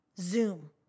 Zoom